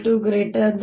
E